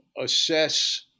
assess